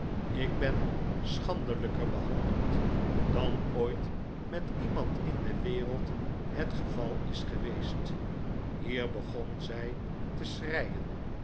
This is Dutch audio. ik ben schandelijker behandeld dan ooit met iemand in de wereld het geval is geweest hier begon zij te schreien